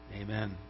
Amen